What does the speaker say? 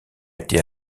été